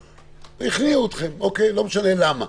לא משנה למה,